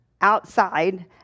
outside